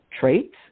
traits